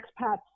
expats